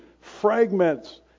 fragments